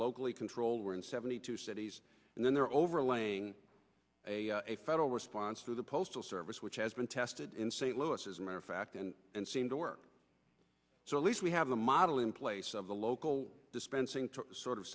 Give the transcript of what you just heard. locally controlled we're in seventy two cities and then there are overlaying a federal response to the postal service which has been tested in st louis as a matter of fact and and seem to work so at least we have the model in place of the local dispensing sort of